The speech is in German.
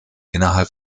innerhalb